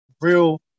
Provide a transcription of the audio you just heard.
real